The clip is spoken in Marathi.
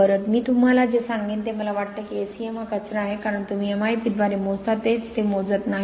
बरं मी तुम्हाला जे सांगेन ते मला वाटतं की SEM हा कचरा आहे कारण तुम्ही MI P द्वारे मोजता तेच ते मोजत नाही